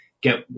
get